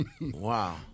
Wow